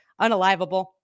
unalivable